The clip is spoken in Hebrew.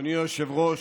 אדוני היושב-ראש,